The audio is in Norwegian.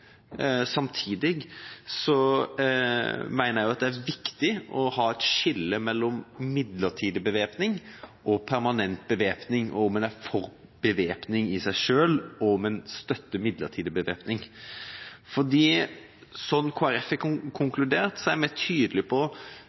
Samtidig mener jeg også at det er viktig å ha et skille mellom midlertidig bevæpning og permanent bevæpning, og mellom om en er for bevæpning i seg selv, og om en støtter midlertidig bevæpning. Kristelig Folkeparti har i sin konklusjon vært tydelig på det konstitusjonelle ansvaret som statsråden har. Derfor ligger det på